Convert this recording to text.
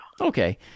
Okay